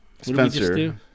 Spencer